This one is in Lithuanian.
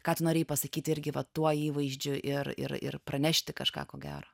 ką tu norėjai pasakyti irgi va tuo įvaizdžiu ir ir ir pranešti kažką ko gero